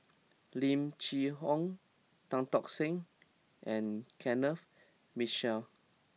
Lim Chee Onn Tan Tock Seng and Kenneth Mitchell